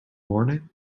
morning